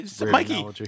Mikey